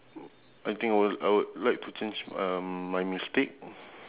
I think I will I would like to change um my mistake